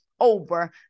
over